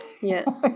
Yes